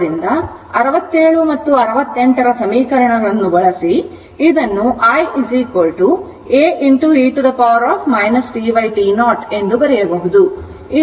ಆದ್ದರಿಂದ 67 ಮತ್ತು 68 ರ ಸಮೀಕರಣವನ್ನು ಬಳಸಿ ಇದನ್ನು i a e t to ಎಂದು ಬರೆಯಬಹುದು